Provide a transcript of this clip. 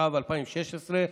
התשע"ו 2016,